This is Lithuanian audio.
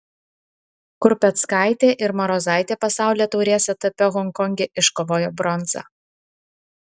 krupeckaitė ir marozaitė pasaulio taurės etape honkonge iškovojo bronzą